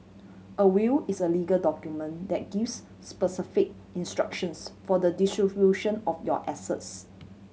a will is a legal document that gives specific instructions for the distribution of your assets